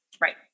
Right